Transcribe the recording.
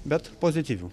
bet pozityvių